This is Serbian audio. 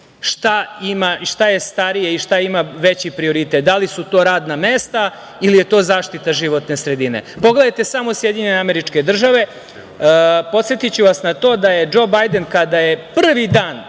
šta je starije i šta ima veći prioritet, da li su to radna mesta ili je to zaštita životne sredine. Pogledajte samo SAD, podsetiću vas na to da je Džo Bajden kada je prvi dan